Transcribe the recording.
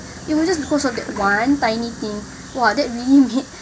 it was just because of that one tiny thing !wah! that really made